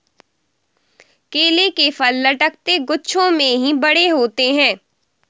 केले के फल लटकते गुच्छों में ही बड़े होते है